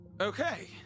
Okay